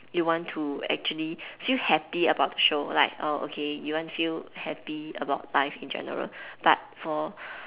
you want to actually feel happy about the show like err okay you want to feel happy about life in general but for